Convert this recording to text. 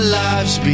lives